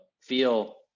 feel